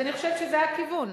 אז אני חושבת שזה הכיוון.